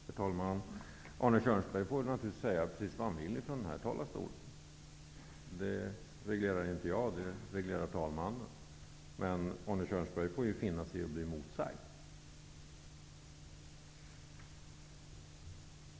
Herr talman! Arne Kjörnsberg får naturligtvis säga precis vad han vill från denna talarstol. Det reglerar inte jag, utan talmannen. Men Arne Kjörnsberg får ju finna sig i att bli emotsagd.